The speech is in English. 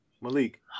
Malik